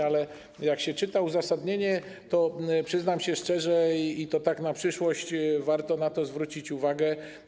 Ale jak się czyta uzasadnienie, to przyznam szczerze - i tak na przyszłość warto na to zwrócić uwagę.